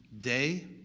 day